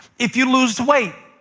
if you lose weight,